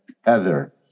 Heather